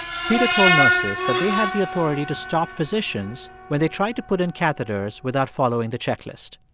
peter told nurses that they had the authority to stop physicians when they tried to put in catheters without following the checklist.